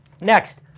Next